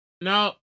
no